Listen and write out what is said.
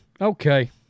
Okay